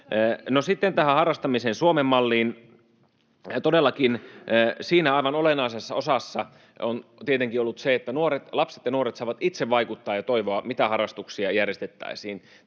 sitten tähän harrastamisen Suomen malliin. Todellakin siinä aivan olennaisessa osassa on tietenkin ollut se, että lapset ja nuoret saavat itse vaikuttaa ja toivoa, mitä harrastuksia järjestettäisiin.